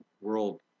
world